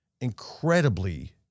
incredibly